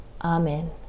Amen